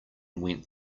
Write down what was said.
went